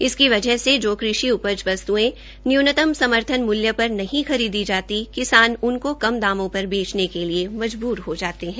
इसकी वजह से जो कृषि उपज वस्त्एं न्यूनतम समर्थन मूल्य पर नहीं खरीदी जाती किसान उनकों कम दामों पर बेचने के लिए मजबूर हो जाता है